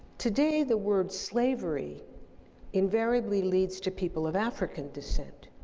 today, the word slavery invariably leads to people of african descent.